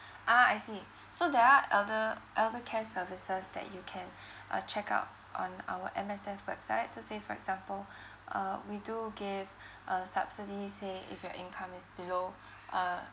ah I see so there are elder elder care services that you can uh check out on our M_S_F website so say for example uh we do give uh subsidies say if your income is below uh